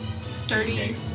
Sturdy